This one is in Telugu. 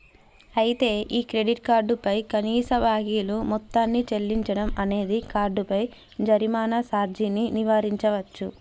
అయితే ఈ క్రెడిట్ కార్డు పై కనీస బాకీలు మొత్తాన్ని చెల్లించడం అనేది కార్డుపై జరిమానా సార్జీని నివారించవచ్చు